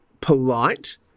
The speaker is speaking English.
polite